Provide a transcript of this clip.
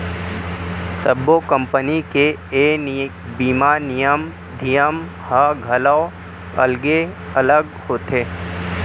सब्बो कंपनी के ए बीमा नियम धियम ह घलौ अलगे अलग होथे